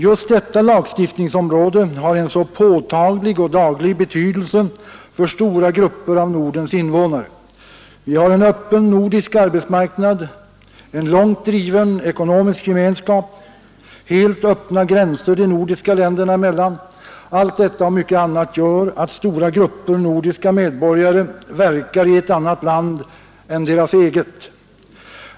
Just detta lagstiftningsområde har en påtaglig och daglig betydelse för stora grupper av Nordens invånare. Vi har en öppen nordisk arbetsmarknad, en långt driven ekonomisk gemenskap, helt öppna gränser de nordiska länderna emellan. Allt detta och mycket annat gör att stora grupper nordiska medborgare verkar i ett annat land än sitt eget.